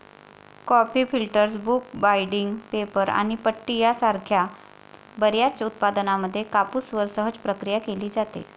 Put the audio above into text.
coffee filters, book binding, paper आणि पट्टी यासारख्या बर्याच उत्पादनांमध्ये कापूसवर सहज प्रक्रिया केली जाते